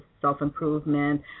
self-improvement